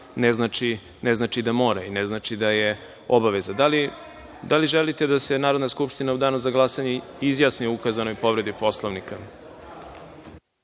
ne znači da mora, ne znači da je obaveza. Da li želite da se Narodna skupština u danu za glasanje izjasni o ukazanoj povredi Poslovnika?